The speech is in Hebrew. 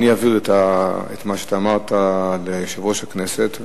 אני אעביר את מה שאמרת ליושב-ראש הכנסת,